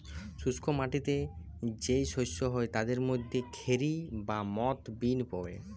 শুষ্ক মাটিতে যেই শস্য হয় তাদের মধ্যে খেরি বা মথ বিন পড়ে